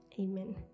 Amen